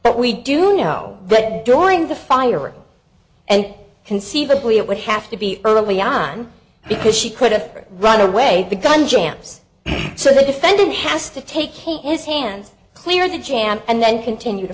but we do know that during the firing and conceivably it would have to be early on because she could have run away the gun jams so the defendant has to take his hands clear the jam and then continue to